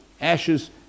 Ashes